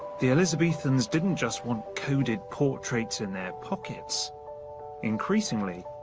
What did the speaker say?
the elizabethans didn't just want coded portraits in their pockets increasingly,